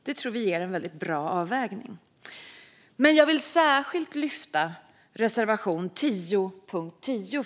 Det tror vi ger en väldigt bra avvägning. Fru talman! Jag vill särskilt lyfta reservation 10 under punkt 10.